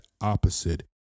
opposite